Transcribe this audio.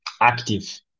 active